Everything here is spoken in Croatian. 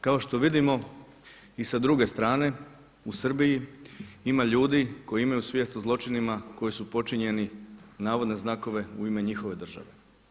Kao što vidimo i s druge strane u Srbiji ima ljudi koji imaju svijest o zločinima koji su počinjeni, navodne znakove, u ime njihove države.